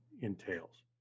entails